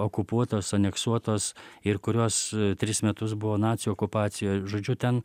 okupuotos aneksuotos ir kurios tris metus buvo nacių okupacijoj žodžiu ten